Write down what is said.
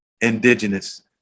indigenous